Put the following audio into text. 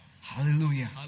Hallelujah